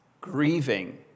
grieving